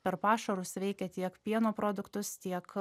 per pašarus veikia tiek pieno produktus tiek